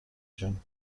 جون